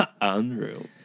Unreal